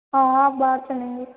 हाँ आप बात सुनेंगे